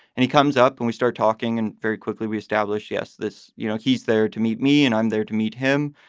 and he comes up and we start talking and very quickly we establish, yes, this you know, he's there to meet me and i'm there to meet him.